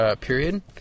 period